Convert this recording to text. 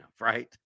Right